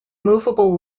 movable